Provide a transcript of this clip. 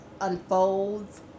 unfolds